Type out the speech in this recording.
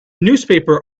newspaper